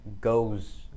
goes